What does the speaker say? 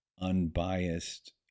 unbiased